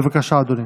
בבקשה, אדוני.